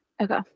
okay